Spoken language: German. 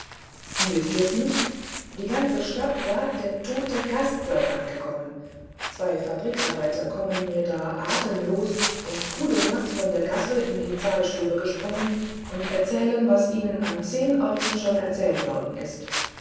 wißt ihr nichts die ganze stadt sagt der tote gast sei angekommen zwei fabrikarbeiter kommen mir da atemlos und pudelnaß von der gasse in die zahlstube gesprungen und erzählen was ihnen an zehn orten schon erzählt worden ist